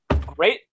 Great